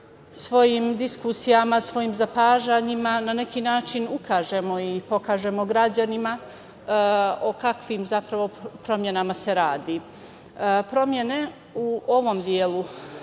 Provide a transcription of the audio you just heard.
svojim diskusijama, svojim zapažanjima, na neki način ukažemo i pokažemo građanima o kakvim se zapravo promenama radi. Promene u ovom delu